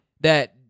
that-